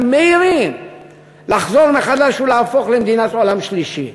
מהירים לחזור ולהפוך מחדש למדינת עולם שלישי.